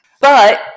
But-